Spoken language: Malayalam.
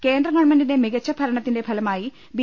കേന്ദ്രഗവൺമെന്റിന്റെ മികച്ച ഭരണത്തിന്റെ ഫലമായി ബി